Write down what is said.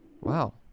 Wow